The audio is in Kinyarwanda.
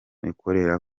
ikorera